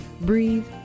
Breathe